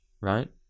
right